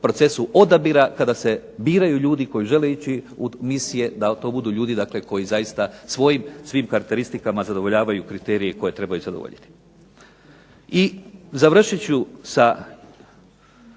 procesu odabira, kada se biraju ljudi koji žele ići u misije da to budu ljudi koji zaista svim svojim karakteristikama zadovoljavaju kriterije koje trebaju zadovoljiti. I završit ću sa